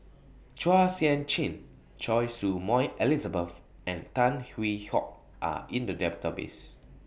Chua Sian Chin Choy Su Moi Elizabeth and Tan Hwee Hock Are in The Database